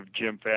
Jim